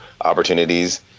opportunities